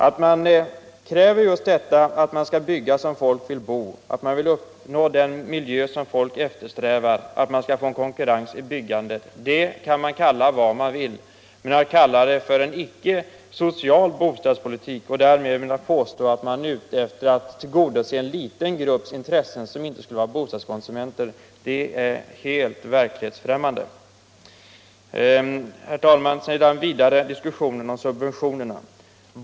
Att man kräver just detta att det skall byggas som folk vill bo, att man vill uppnå den miljö som folk eftersträvar, att man vill få en konkurrens i byggandet, det kan vi kalla vad vi vill. Men att kalla det för en icke-social bostadspolitik och därmed påstå att man är ute efter att tillgodose intressena för en liten grupp, som inte skulle vara bostadskonsumenter, det är helt verklighetsfrämmande. Herr talman! Sedan har vi diskussionen om subventionerna.